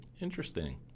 interesting